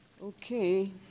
Okay